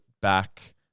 back